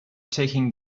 taking